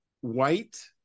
white